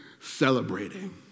celebrating